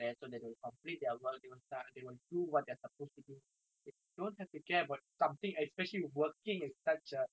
if you don't have to care about something especially working is such a most fundamental thing you know